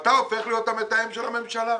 אתה הופך להיות המתאם של הממשלה.